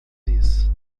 disse